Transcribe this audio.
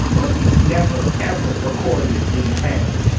or at least never, ever recorded in pen